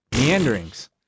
Meanderings